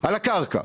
על הקרקע,